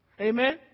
Amen